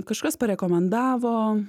kažkas parekomendavo